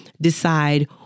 decide